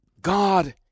God